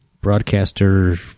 Broadcaster